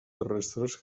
terrestres